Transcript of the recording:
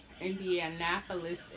Indianapolis